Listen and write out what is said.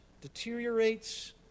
deteriorates